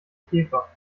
käfer